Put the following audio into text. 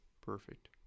Perfect